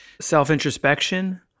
self-introspection